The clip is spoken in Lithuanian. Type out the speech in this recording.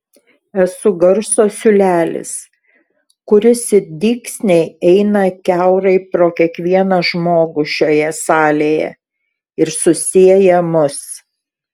esu garso siūlelis kuris it dygsniai eina kiaurai pro kiekvieną žmogų šioje salėje ir susieja mus